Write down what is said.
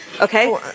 Okay